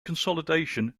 consolidation